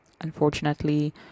Unfortunately